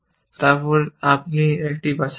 তারপর আপনি একটি বাছাই করুন